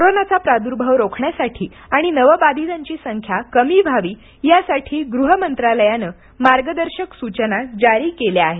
कोरोनाचा प्रादुर्भाव रोखण्यासाठी आणि नवबाधितांची संख्या कमी व्हावी यासाठी या मार्गदर्शक सूचना जारी केल्या आहेत